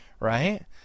right